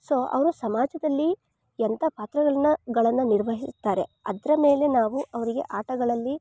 so ಅವರ ಸಮಾಜದಲ್ಲಿ ಎಂಥ ಪಾತ್ರಗಳನ್ನ ಗಳನ್ನ ನಿರ್ವಹಿಸ್ತಾರೆ ಅದರ ಮೇಲೆ ನಾವು ಅವರಿಗೆ ಆಟಗಳಲ್ಲಿ